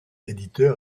éditeur